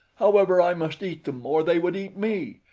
however, i must eat them or they would eat me,